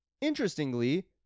Interestingly